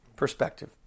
perspective